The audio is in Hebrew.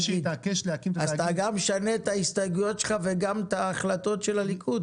אתה גם משנה את ההסתייגויות שלך וגם את ההחלטות של הליכוד.